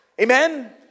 Amen